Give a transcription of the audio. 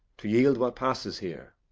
to yield what passes here.